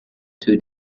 two